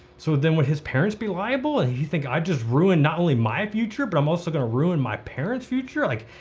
so then would his parents be liable and he think i just ruined not only my future, but i'm also gonna ruin my parents' future. like,